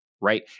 Right